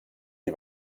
die